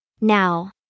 Now